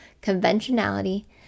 conventionality